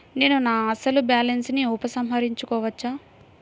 నేను నా అసలు బాలన్స్ ని ఉపసంహరించుకోవచ్చా?